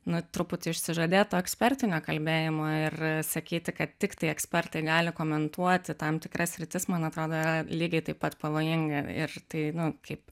nuo truputį išsižadėt ekspertinio kalbėjimo ir sakyti kad tiktai ekspertai gali komentuoti tam tikras sritis man atrodo yra lygiai taip pat pavojinga ir tai nu kaip